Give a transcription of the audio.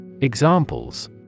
Examples